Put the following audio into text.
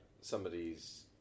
somebody's